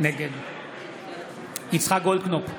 נגד יצחק גולדקנופ,